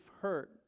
hurt